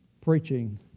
preaching